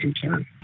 concern